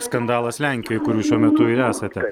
skandalas lenkijoj kur jūs šiuo metu ir esate